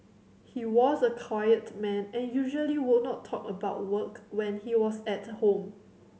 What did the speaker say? he was a quiet man and usually would not talk about work when he was at home